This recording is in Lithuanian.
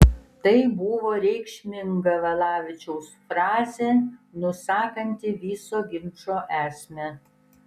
tai buvo reikšminga valavičiaus frazė nusakanti viso ginčo esmę